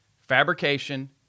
fabrication